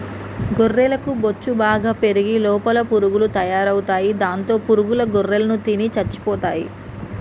గొర్రెలకు బొచ్చు బాగా పెరిగి లోపల పురుగులు తయారవుతాయి దాంతో పురుగుల గొర్రెలను తిని చచ్చిపోతాయి